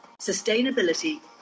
sustainability